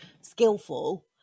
skillful